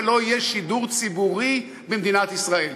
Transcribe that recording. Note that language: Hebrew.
ולא יהיה שידור ציבורי במדינת ישראל.